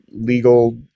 legal